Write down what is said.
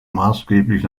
maßgeblich